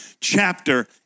chapter